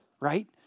right